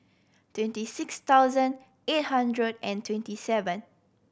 twenty six thousand eight hundred and twenty seven